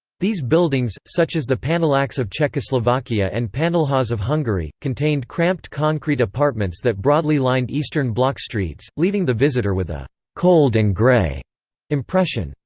these buildings, such as the panelaks of czechoslovakia and panelhaz of hungary, contained cramped concrete apartments that broadly lined eastern bloc streets, leaving the visitor with a cold and grey impression.